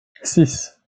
six